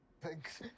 Thanks